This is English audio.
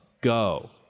go